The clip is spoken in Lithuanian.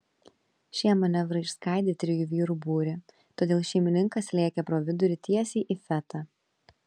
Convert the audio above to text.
šie manevrai išskaidė trijų vyrų būrį todėl šeimininkas lėkė pro vidurį tiesiai į fetą